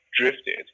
drifted